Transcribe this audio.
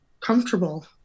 comfortable